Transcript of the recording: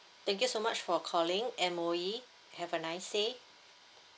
thank you so much for calling M_O_E have a nice day